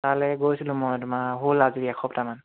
তালৈ গৈছিলোঁ মই তোমাৰ হ'ল আজি এসপ্তাহমান